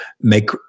make